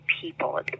people